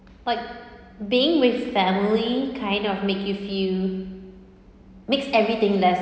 like being with family kind of make you feel makes everything less